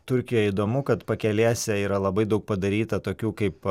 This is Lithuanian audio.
turkijoj įdomu kad pakelėse yra labai daug padaryta tokių kaip